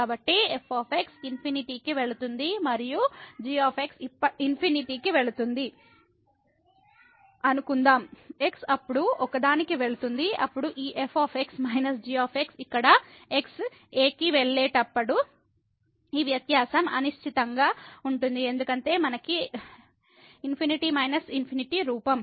కాబట్టి f ఇన్ఫినిటీకి వెళుతుంది మరియు g ఇన్ఫినిటీకి వెళుతుంది అనుకుందాం x అప్పుడు ఒకదానికి వెళుతుంది అప్పుడు ఈ f మైనస్ g ఇక్కడ x a కి వెళ్ళేటప్పుడు ఈ వ్యత్యాసం అనిశ్చితంగా ఉంటుంది ఎందుకంటే మనకు ∞−∞ రూపం